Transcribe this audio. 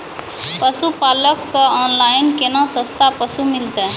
पशुपालक कऽ ऑनलाइन केना सस्ता पसु मिलतै?